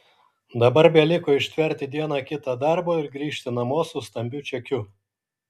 dabar beliko ištverti dieną kitą darbo ir grįžti namo su stambiu čekiu